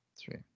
three